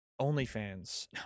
OnlyFans